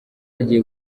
agiye